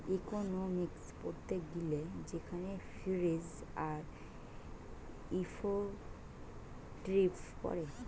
economics পড়তে গিলে সেখানে ফিজ আর ইফেক্টিভ পড়ে